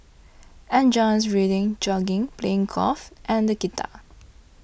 enjoys reading jogging playing golf and the guitar